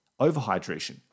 Overhydration